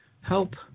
help